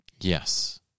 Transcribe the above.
Yes